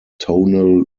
tonal